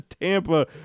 Tampa